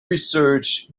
research